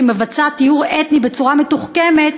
כמבצעת טיהור אתני בצורה מתוחכמת,